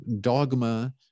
dogma